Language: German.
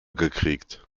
gekriegt